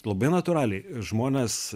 labai natūraliai žmonės